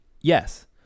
yes